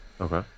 Okay